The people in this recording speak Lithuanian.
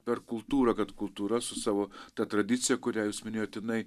per kultūrą kad kultūra su savo ta tradicija kurią jūs minėjot jinai